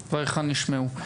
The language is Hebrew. דבריך נשמעו.